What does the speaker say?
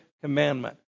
commandment